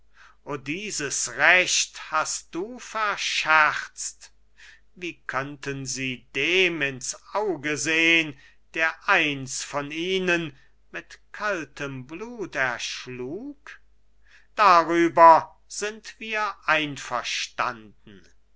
o dieses recht hast du verscherzt wie könnten sie dem ins auge sehn der ein von ihnen mit kaltem blut erschlug darüber sind wir einverstanden